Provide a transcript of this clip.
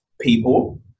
people